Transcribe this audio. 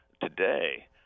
today